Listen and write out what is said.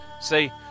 See